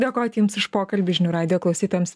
dėkoti jums už pokalbį žinių radijo klausytojams